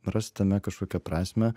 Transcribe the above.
ras tame kažkokią prasmę